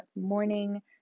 morning